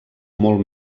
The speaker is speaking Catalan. molt